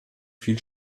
viel